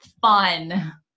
fun